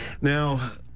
Now